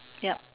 yep